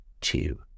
two